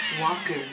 Walker